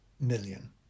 million